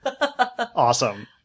awesome